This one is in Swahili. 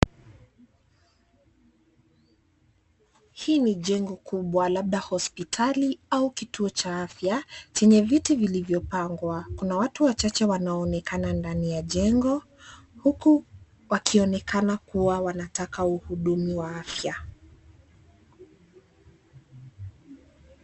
Hii ni jengo kubwa labda hospitali au kituo cha afya chenye viti vilivyo pangwa kuna watu wachache wanaonekana ndani ya jengo huku wakionekana kuwa wanataka uhudumu wa afya.